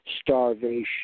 starvation